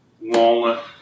walnut